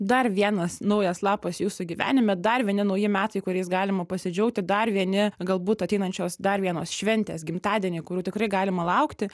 dar vienas naujas lapas jūsų gyvenime dar vieni nauji metai kuriais galima pasidžiaugti dar vieni galbūt ateinančios dar vienos šventės gimtadieniai kurių tikrai galima laukti